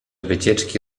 wycieczki